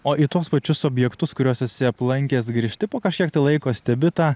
o į tuos pačius objektus kuriuos esi aplankęs grįžti po kažkiek tai laiko stebi tą